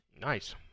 Nice